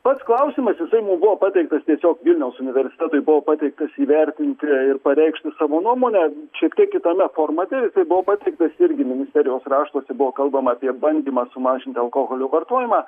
pats klausimas jisai mum buvo pateiktas tiesiog vilniaus universitetui buvo pateiktas įvertinti ir pareikšti savo nuomonę šiek tiek kitame formate jisai buvo pateiktas irgi ministerijos raštuose buvo kalbama apie bandymą sumažinti alkoholio vartojimą